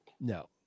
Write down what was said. No